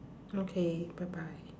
okay bye bye